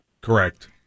Correct